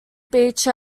beach